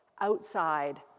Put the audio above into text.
outside